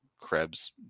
Krebs